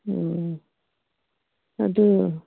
ꯑꯗꯨ